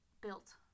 Built